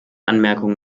anmerkung